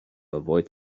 avoid